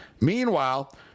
Meanwhile